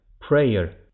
prayer